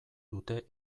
dute